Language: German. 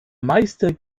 meister